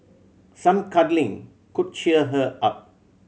some cuddling could cheer her up